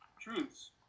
Truths